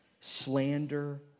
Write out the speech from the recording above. slander